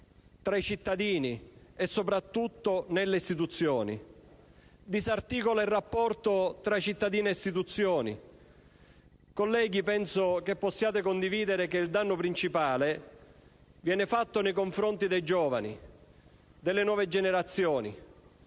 tra i cittadini e soprattutto nelle istituzioni, disarticolando il rapporto tra i cittadini e queste ultime. Colleghi, penso possiate condividere che il danno principale viene perpetrato nei confronti dei giovani, delle nuove generazioni